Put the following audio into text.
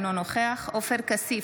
אינו נוכח עופר כסיף,